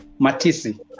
Matisi